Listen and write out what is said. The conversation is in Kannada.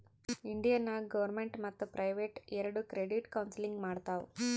ಇಂಡಿಯಾ ನಾಗ್ ಗೌರ್ಮೆಂಟ್ ಮತ್ತ ಪ್ರೈವೇಟ್ ಎರೆಡು ಕ್ರೆಡಿಟ್ ಕೌನ್ಸಲಿಂಗ್ ಮಾಡ್ತಾವ್